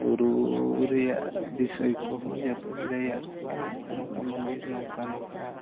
ᱵᱩᱨᱩ ᱨᱮᱭᱟᱜ ᱵᱤᱥᱚᱭ ᱠᱚᱦᱚᱸ ᱡᱚᱛᱚᱧ ᱞᱟᱹᱭᱟᱫ ᱠᱚᱣᱟ ᱱᱚᱝᱠᱟ ᱱᱚᱝᱠᱟ ᱢᱚᱱᱫᱤᱨ ᱱᱚᱝᱠᱟ ᱱᱚᱝᱠᱟ